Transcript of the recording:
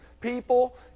people